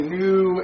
new